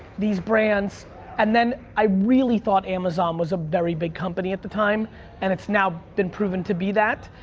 these brands and then i really thought amazon was a very big company at the time and it's now been proven to be that,